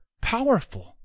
powerful